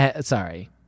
Sorry